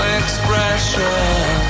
expression